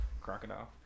Crocodile